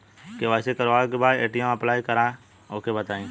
KYC करावे के बा ए.टी.एम अप्लाई करा ओके बताई?